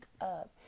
up